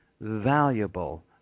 valuable